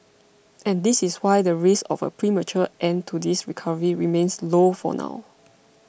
and this is why the risk of a premature end to this recovery remains low for now